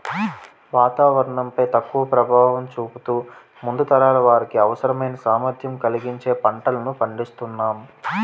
వాతావరణం పై తక్కువ ప్రభావం చూపుతూ ముందు తరాల వారికి అవసరమైన సామర్థ్యం కలిగించే పంటలను పండిస్తునాం